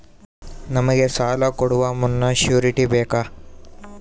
ನಮಗೆ ಸಾಲ ಕೊಡುವ ಮುನ್ನ ಶ್ಯೂರುಟಿ ಬೇಕಾ?